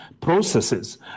processes